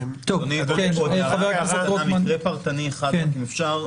אדוני, מקרה פרטני אחד, רק אם אפשר.